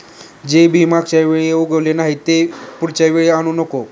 जे बी मागच्या वेळी उगवले नाही, ते पुढच्या वेळी आणू नको